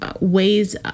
ways